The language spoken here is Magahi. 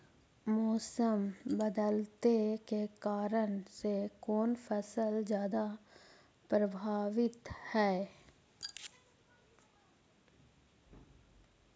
मोसम बदलते के कारन से कोन फसल ज्यादा प्रभाबीत हय?